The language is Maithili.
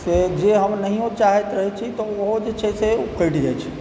से जे हम नहिओ चाहैत रहै छी तऽ ओहो जे छै से कटि जाइ छै